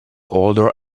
older